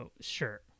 sure